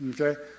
okay